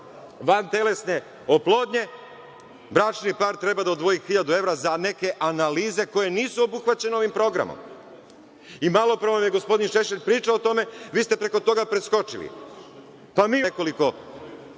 vantelesne oplodnje bračni par treba da odvoji 1000 evra za neke analize koje nisu obuhvaćene ovim programom. Malopre je gospodin Šešelj pričao o tome, vi ste preko toga preskočili. Mi ovde